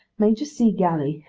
major c. gally,